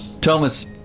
Thomas